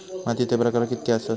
मातीचे प्रकार कितके आसत?